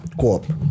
Co-op